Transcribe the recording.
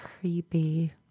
creepy